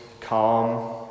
calm